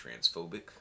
transphobic